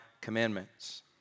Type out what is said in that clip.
commandments